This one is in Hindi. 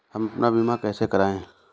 हम अपना बीमा कैसे कराए?